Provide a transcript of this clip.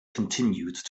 continued